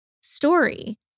story